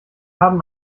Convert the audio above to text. haben